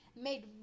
made